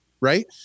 right